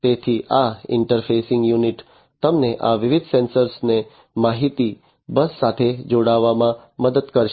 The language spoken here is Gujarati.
તેથી આ ઇન્ટરફેસિંગ યુનિટ તમને આ વિવિધ સેન્સર્સને માહિતી બસ સાથે જોડવામાં મદદ કરશે